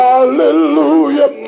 Hallelujah